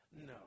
no